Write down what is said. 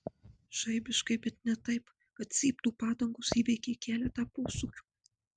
žaibiškai bet ne taip kad cyptų padangos įveikė keletą posūkių